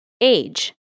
Age